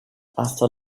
after